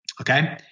Okay